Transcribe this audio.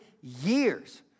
years